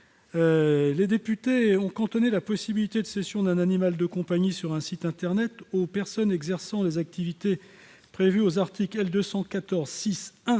Les députés ont cantonné la possibilité de cession d'un animal de compagnie sur un site internet aux personnes exerçant les activités prévues aux articles L. 214-6-1